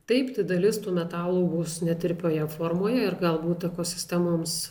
taip tai dalis tų metalų vus netirpioje formoje ir galbūt ekosistemoms